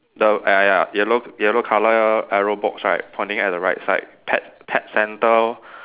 the uh ya ya yellow yellow colour arrow box right pointing at the right side pet pet centre